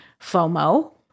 FOMO